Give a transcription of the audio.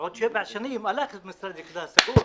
חלפו שבע שנים, הלך משרד הקליטה, סגור.